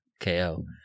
KO